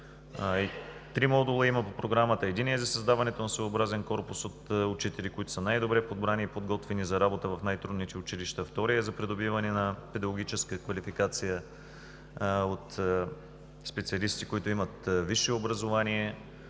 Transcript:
Три модула има по Програмата. Единият е за създаването на своеобразен корпус от учители, които са най-добре подбрани и подготвени за работа в най-трудните училища. Вторият е за придобиване на педагогическа квалификация от специалисти, които имат висше образование,